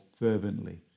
fervently